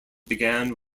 began